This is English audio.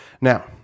now